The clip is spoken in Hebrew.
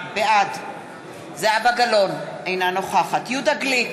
בעד זהבה גלאון, אינה נוכחת יהודה גליק,